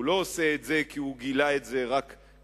הוא לא עושה את זה כי הוא גילה את זה רק כרגע,